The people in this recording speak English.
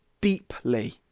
deeply